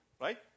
right